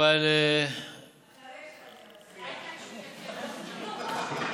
אחרי שאני אצביע.